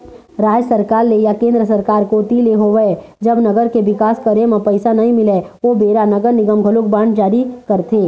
राज सरकार ले या केंद्र सरकार कोती ले होवय जब नगर के बिकास करे म पइसा नइ मिलय ओ बेरा नगर निगम घलोक बांड जारी करथे